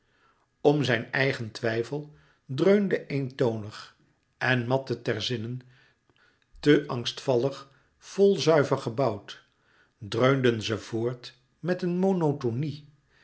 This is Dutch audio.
om zijn eigen twijfel dreunden eentonig en mat de terzinen te angstvallig vol zuiver gebouwd dreunden ze voort met een monotonie